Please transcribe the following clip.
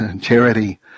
charity